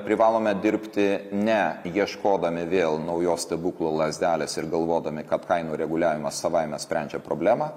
privalome dirbti ne ieškodami vėl naujos stebuklų lazdelės ir galvodami kad kainų reguliavimas savaime sprendžia problemą